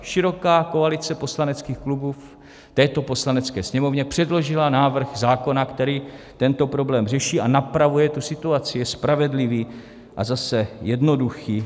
Široká koalice poslaneckých klubů této Poslanecké sněmovně předložila návrh zákona, který tento problém řeší a napravuje tu situaci, je spravedlivý a zase jednoduchý.